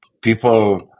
People